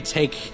take